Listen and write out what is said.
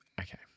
Okay